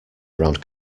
around